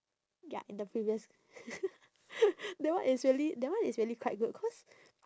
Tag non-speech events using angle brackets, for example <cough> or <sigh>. ya in the previous <noise> that one is really that one is really quite good cause